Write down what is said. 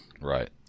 right